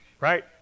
right